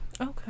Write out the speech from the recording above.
okay